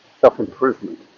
self-improvement